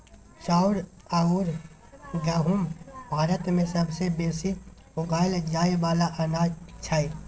चाउर अउर गहुँम भारत मे सबसे बेसी उगाएल जाए वाला अनाज छै